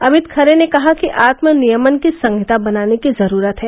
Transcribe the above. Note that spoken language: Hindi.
अभित खरे ने कहा कि आत्म नियमन की संहिता बनाने की जरूरत है